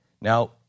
Now